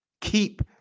Keep